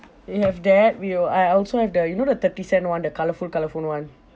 we have that we all I also have the you know the thirty cent [one] the colourful colourful [one]